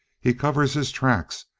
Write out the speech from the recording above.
he covers his tracks.